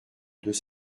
deux